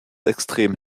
extrem